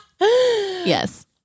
yes